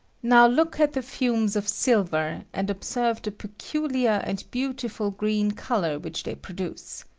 now look at the fumes of silver, and observe the peculiar and beautiful green color which they produce.